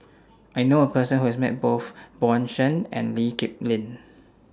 I knew A Person Who has Met Both Bjorn Shen and Lee Kip Lin